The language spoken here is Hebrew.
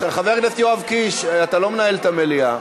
חבר הכנסת יואב קיש, אתה לא מנהל את המליאה.